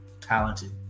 talented